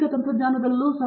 ಪ್ರತಾಪ್ ಹರಿಡೋಸ್ ಸರಿ